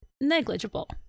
negligible